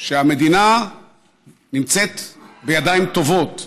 שהמדינה נמצאת בידיים טובות,